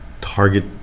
target